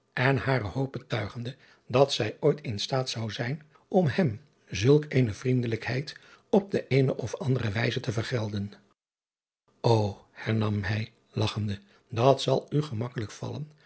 en hare hoop betuigende dat zij ooit in staat zou zijn om hem zulk driaan oosjes zn et leven van illegonda uisman eene vriendelijkheid op de eene op andere wijze te vergelden o hernam hij lagchende dat zal u gemakkelijk vallen